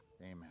Amen